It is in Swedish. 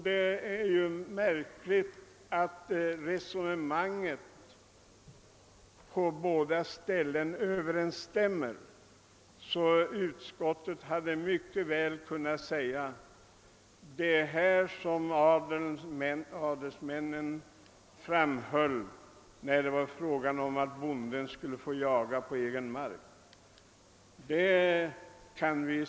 Det är märkligt att finna att resonemangen på de båda ställena överensstämmer. Den 14 april 1731 talade man nämligen också om olaga jakt.